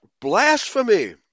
blasphemy